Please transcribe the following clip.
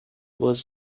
was